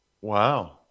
Wow